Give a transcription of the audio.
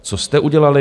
Co jste udělali vy?